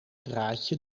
draadje